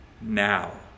now